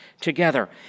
together